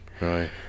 right